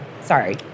Sorry